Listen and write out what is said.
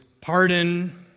pardon